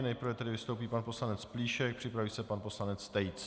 Nejprve tedy vystoupí pan poslanec Plíšek, připraví se pan poslanec Tejc.